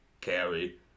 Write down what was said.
carry